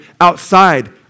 outside